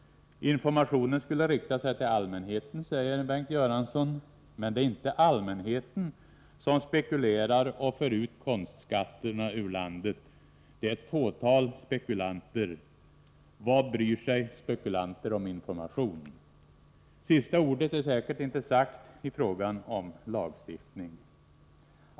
Informationen skulle rikta sig till allmänheten, säger Bengt Göransson, men det är inte allmänheten som spekulerar och för ut konstskatterna ur landet. Det är ett fåtal spekulanter. Sista ordet är säkert inte sagt i frågan om lagstiftning.